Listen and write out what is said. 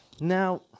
Now